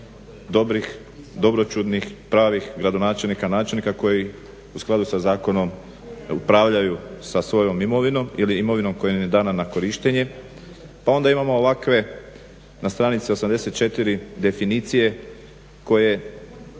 dobrih, dobročudnih, pravih gradonačelnika, načelnika koji u skladu sa zakonom upravljaju sa svojom imovinom ili imovinom koja im je dana na korištenje. Pa onda imamo ovakve na stranici 84 definicije koje